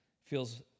feels